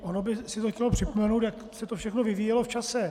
Ono by si to chtělo připomenout, jak se to všechno vyvíjelo v čase.